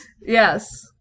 yes